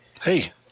Hey